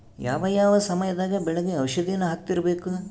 ಯಾವ ಯಾವ ಸಮಯದಾಗ ಬೆಳೆಗೆ ಔಷಧಿಯನ್ನು ಹಾಕ್ತಿರಬೇಕು?